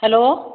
hello